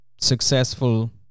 successful